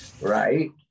right